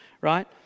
Right